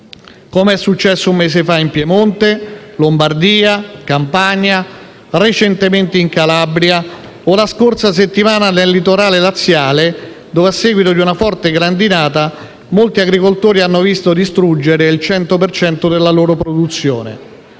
come è successo un mese fa in Piemonte, Lombardia, Campania, recentemente in Calabria o, la scorsa settimana, nel litorale laziale, dove, a seguito di una forte grandinata, molti agricoltori hanno visto distruggere il 100 per cento della loro produzione,